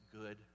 good